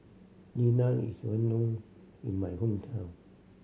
is well known in my hometown